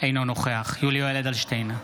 אינו נוכח יולי יואל אדלשטיין,